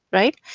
right?